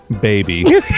baby